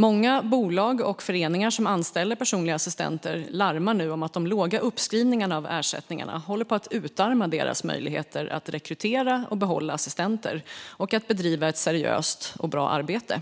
Många bolag och föreningar som anställer personliga assistenter larmar nu om att de låga uppskrivningarna av ersättningen håller på att utarma deras möjligheter att rekrytera och behålla assistenter och att bedriva ett seriöst och bra arbete.